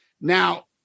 Now